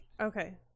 Okay